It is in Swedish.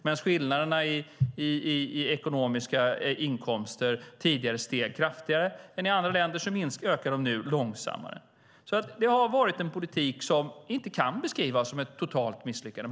Medan skillnaderna i inkomster tidigare steg kraftigare än i andra länder ökar de nu långsammare. Det har varit en politik som inte kan beskrivas som ett totalt misslyckande.